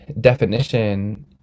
definition